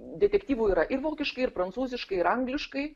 detektyvų yra ir vokiškai ir prancūziškai ir angliškai